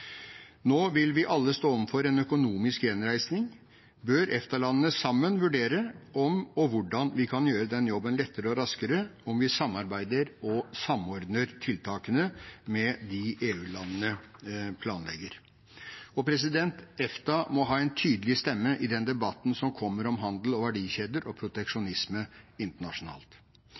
Nå vil vi alle stå overfor en økonomisk gjenreisning. Bør EFTA-landene sammen vurdere om og hvordan vi kan gjøre den jobben lettere og raskere om vi samarbeider og samordner tiltakene med de EU-landene planlegger? Og – EFTA må ha en tydelig stemme i den debatten som kommer om handel, verdikjeder og proteksjonisme internasjonalt.